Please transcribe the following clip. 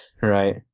right